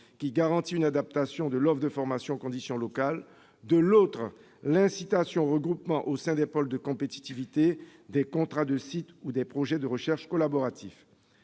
à garantir l'adaptation de l'offre de formation aux conditions locales ; d'autre part, l'incitation au regroupement, au sein des pôles de compétitivité, des contrats de site ou des projets de recherche collaborative.